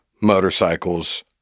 motorcycles